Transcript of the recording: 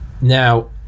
Now